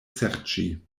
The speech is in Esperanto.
serĉi